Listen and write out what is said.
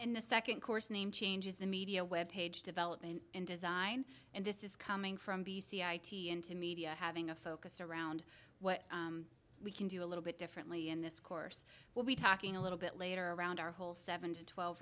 in the second course name changes the media web page development and design and this is coming from into media having a focus around what we can do a little bit differently in this course will be talking a little bit later around our whole seven to twelve